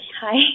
Hi